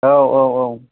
औ औ औ